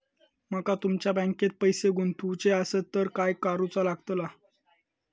माका तुमच्या बँकेत पैसे गुंतवूचे आसत तर काय कारुचा लगतला?